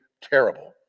terrible